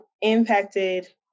impacted